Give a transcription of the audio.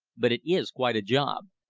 but it is quite a job.